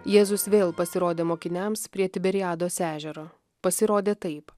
jėzus vėl pasirodė mokiniams prie tiberiados ežero pasirodė taip